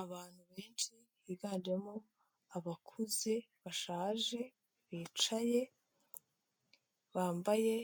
Abantu benshi biganjemo abakuze, bashaje, bicaye, bambaye